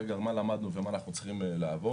גם מה למדנו ומה אנחנו צריכים לעבוד,